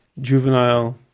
juvenile